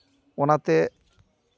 ᱚᱱᱟᱛᱮ